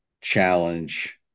challenge